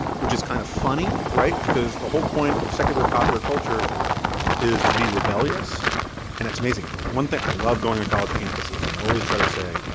which is kind of funny, right? because the whole point of secular popular culture is to be rebellious and it's amazing. one thing i love going to college campuses and i always try to say, you know